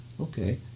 okay